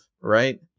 right